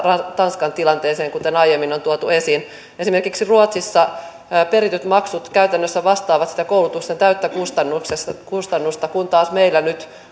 tanskan tilanteeseen kuten aiemmin on tuotu esiin esimerkiksi ruotsissa perityt maksut käytännössä vastaavat sitä koulutuksen täyttä kustannusta kustannusta kun taas meillä nyt